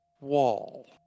wall